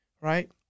right